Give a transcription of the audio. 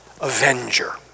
avenger